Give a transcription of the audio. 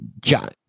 John